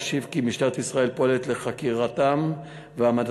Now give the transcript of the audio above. אשיב כי משטרת ישראל פועלת לחקירתם והעמדתם